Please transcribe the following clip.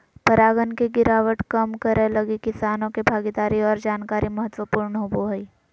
परागण के गिरावट कम करैय लगी किसानों के भागीदारी और जानकारी महत्वपूर्ण होबो हइ